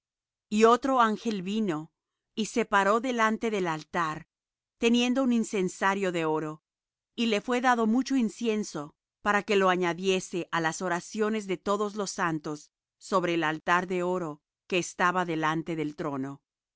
y otro ángel vino y se paró delante del altar teniendo un incensario de oro y le fué dado mucho incienso para que lo añadiese á las oraciones de todos los santos sobre el altar de oro que estaba delante del trono